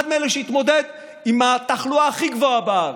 אחד מאלה שהתמודדו עם התחלואה הכי גבוהה בארץ,